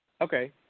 Okay